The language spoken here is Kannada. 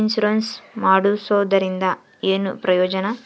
ಇನ್ಸುರೆನ್ಸ್ ಮಾಡ್ಸೋದರಿಂದ ಏನು ಪ್ರಯೋಜನ?